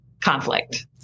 conflict